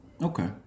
Okay